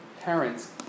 parents